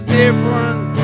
different